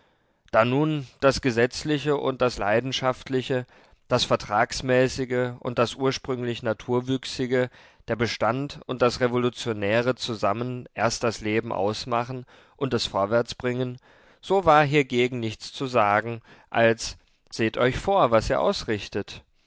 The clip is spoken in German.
da nun das gesetzliche und das leidenschaftliche das vertragsmäßige und das ursprünglich naturwüchsige der bestand und das revolutionäre zusammen erst das leben ausmachen und es vorwärts bringen so war hiergegen nichts zu sagen als seht euch vor was ihr ausrichtet